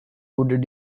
would